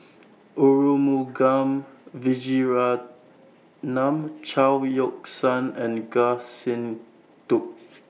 Arumugam Vijiaratnam Chao Yoke San and Goh Sin Tub